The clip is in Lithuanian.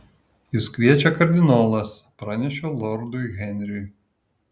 jus kviečia kardinolas pranešiau lordui henriui